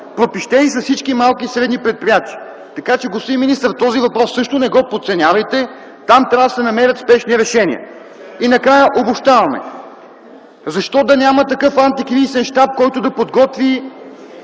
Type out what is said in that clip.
Пропищели са всички малки и средни предприятия. Така че, господин министър, този въпрос също не го подценявайте. Там трябва да се намерят спешни решения. И накрая обобщаваме – защо да няма такъв антикризисен щаб, който да подготви